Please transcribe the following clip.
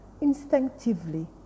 Instinctively